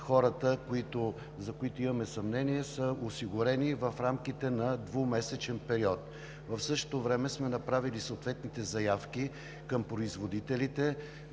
хората, за които имаме съмнение, са осигурени в рамките на двумесечен период. В същото време сме направили заявки към производителите